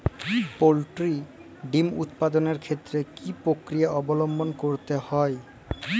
Poultry ডিম উৎপাদনের ক্ষেত্রে কি পক্রিয়া অবলম্বন করতে হয়?